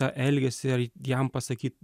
tą elgesį ar jam pasakyt